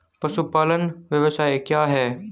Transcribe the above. पशुपालन व्यवसाय क्या है?